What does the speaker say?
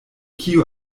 kio